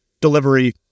delivery